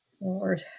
Lord